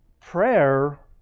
Prayer